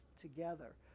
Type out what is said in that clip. together